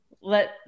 let